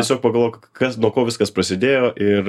tiesiog pagalvok kas nuo ko viskas prasidėjo ir